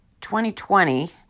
2020